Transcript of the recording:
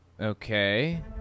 Okay